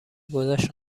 گذشت